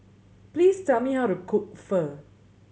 please tell me how to cook Pho